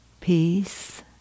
Peace